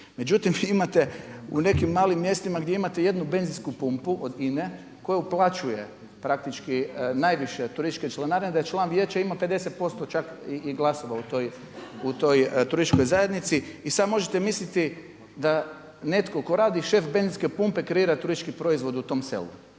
Međutim imate u nekim malim mjestima gdje imate jednu benzinsku pumpu od INA-e koja uplaćuje praktički najviše turističke članarine da član vijeća ima 50% i glasova u toj turističkoj zajednici. I sada možete misliti da netko tko radi, šef benzinske pumpe kreira turistički proizvod u tom selu